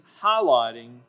highlighting